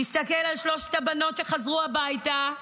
תסתכל על שלוש הבנות שחזרו הביתה,